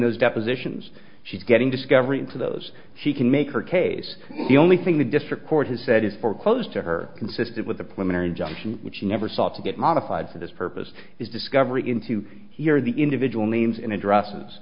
those depositions she's getting discovery to those she can make her case the only thing the district court has said is for close to her consistent with the plume an injunction which never sought to get modified for this purpose is discovery in to hear the individual names and addresses